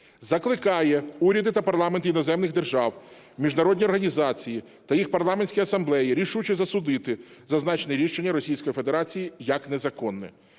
Закликає уряди та парламенти іноземних держав, міжнародні організації та їх парламентські асамблеї рішуче засудити зазначене рішення Російської Федерації як незаконне.